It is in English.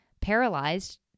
paralyzed